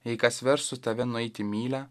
jei kas versų tave nueiti mylią